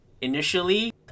initially